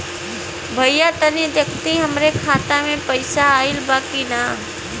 भईया तनि देखती हमरे खाता मे पैसा आईल बा की ना?